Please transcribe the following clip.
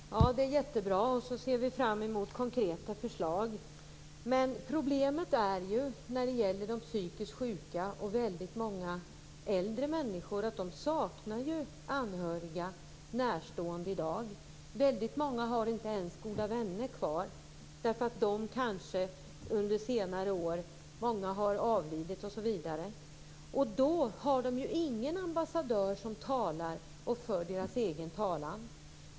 Herr talman! Det är jättebra. Vi ser fram emot konkreta förslag. Problemet är att de psykiskt sjuka och väldigt många äldre människor saknar anhöriga och närstående i dag. Väldigt många har inte ens goda vänner kvar. Många har avlidit, osv. Då har de ingen ambassadör som för deras talan.